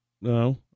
no